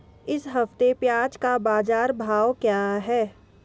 इस हफ्ते प्याज़ का बाज़ार भाव क्या है?